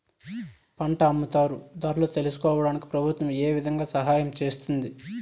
పంట అమ్ముతారు ధరలు తెలుసుకోవడానికి ప్రభుత్వం ఏ విధంగా సహాయం చేస్తుంది?